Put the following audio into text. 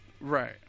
Right